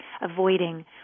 avoiding